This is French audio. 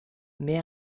mais